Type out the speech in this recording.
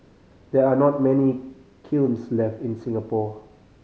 there are not many kilns left in Singapore